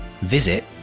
visit